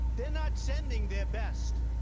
they're not sending their best.